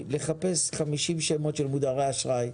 לחפש 50 שמות של מודרי אשראי,